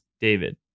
David